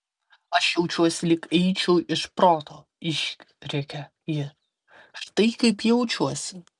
aš jaučiuosi lyg eičiau iš proto išrėkė ji štai kaip jaučiuosi